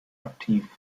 aktiv